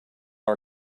our